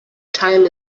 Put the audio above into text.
time